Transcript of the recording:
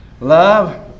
Love